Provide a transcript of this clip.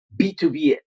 B2B